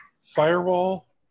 firewall